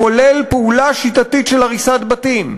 כולל פעולה שיטתית של הריסת בתים.